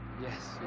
Yes